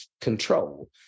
control